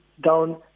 down